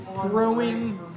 throwing